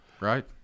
right